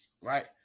Right